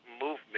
movement